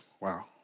Wow